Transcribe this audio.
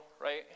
right